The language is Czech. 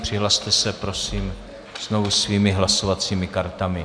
Přihlaste se, prosím, znovu svými hlasovacími kartami.